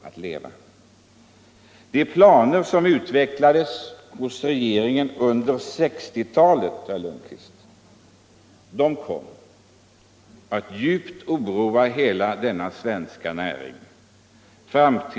De planer för jordbruket som utvecklades hos regeringen under 1960 talet kom att djupt oroa hela denna näring.